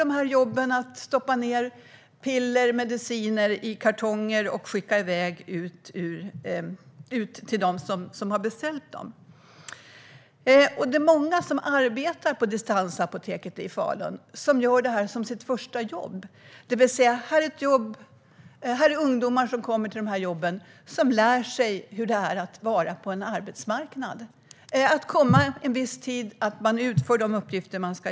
De stoppar ned mediciner i kartonger och skickar iväg ut till beställarna. För många av dem som arbetar på distansapoteket i Falun är det deras första jobb. De ungdomar som har dessa jobb lär sig hur det är att vara på en arbetsplats. De måste komma på en viss tid och utföra de utgifter de ska.